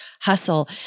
hustle